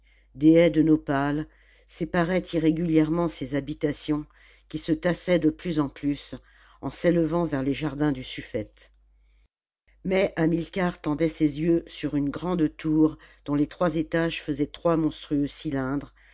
des haies de nopals séparaient irrégulièrement ces habitations qui se tassaient de plus en plus en s'élevant vers les jardins du suffète mais hamilcar tendait ses yeux sur une grande tour dont les trois étages faisaient trois monstrueux cylindres